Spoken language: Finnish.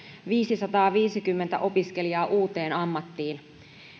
viisisataaviisikymmentä opiskelijaa uuteen ammattiin